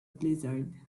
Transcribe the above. blizzard